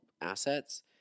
assets